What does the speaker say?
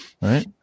Right